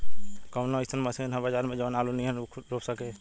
कवनो अइसन मशीन ह बजार में जवन आलू नियनही ऊख रोप सके?